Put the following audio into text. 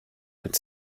could